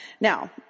Now